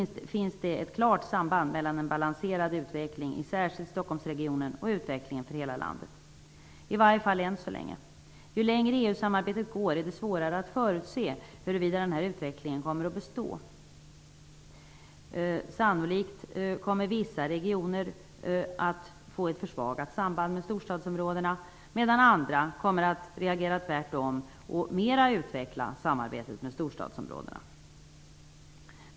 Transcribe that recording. Det finns ett klart samband mellan en balanserad utveckling i särskilt Stockholmsregionen och utvecklingen i hela landet, i varje ännu så länge. Ju längre EU samarbetet går, desto svårare är det att förutse huruvida utvecklingen kommer att bestå. Sannolikt kommer vissa regioner att få ett försvagat samband med storstadsregionerna, medan andra kommer att mera utveckla samarbetet med storstadsområdena.